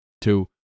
two